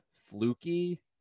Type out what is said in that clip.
fluky